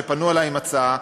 שפנו אלי עם הצעה,